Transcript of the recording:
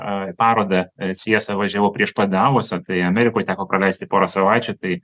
a į parodą ci es a važiavau prieš pat davosą tai amerikoj teko praleisti porą savaičių tai